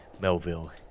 Melville